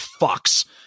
fucks